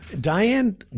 diane